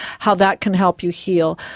how that can help you heal.